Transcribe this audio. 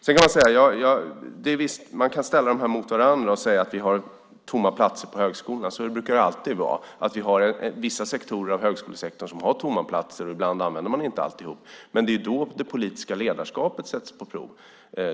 Man kan ställa dessa faktorer mot varandra och säga att vi har tomma platser på högskolan. Det brukar alltid vara så att vissa sektorer av högskolan har tomma platser. Ibland använder man inte allihop, men det är då det politiska ledarskapet sätts på prov.